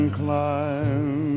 climb